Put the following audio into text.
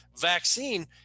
vaccine